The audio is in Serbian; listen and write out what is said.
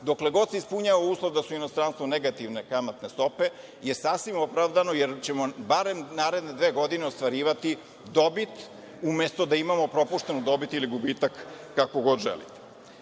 dokle god se ispunjava uslov da su u inostranstvu negativne kamatne stope, je sasvim opravdano, jer ćemo barem naredne dve godine ostvarivati dobit, umesto da imamo propuštenu dobit ili gubitak, kako god želite. Fond